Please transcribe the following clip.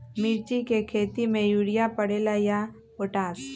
मिर्ची के खेती में यूरिया परेला या पोटाश?